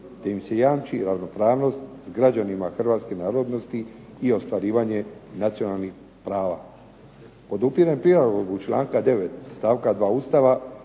te im se jamči ravnopravnost s građanima hrvatske narodnosti i ostvarivanje nacionalnih prava. Podupirem prilagodbu članka 9. stavka 2. Ustava